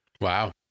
Wow